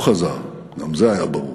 הוא חזר, גם זה היה ברור.